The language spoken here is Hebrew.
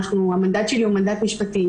המנדט שלי הוא מנדט משפטי.